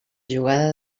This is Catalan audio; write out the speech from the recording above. jugada